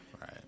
right